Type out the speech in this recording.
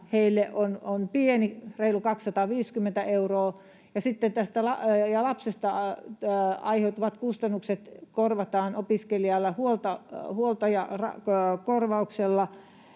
heille on pieni, reilu 250 euroa, ja sitten lapsesta aiheutuvat kustannukset korvataan opiskelijalle huoltajakorvauksella,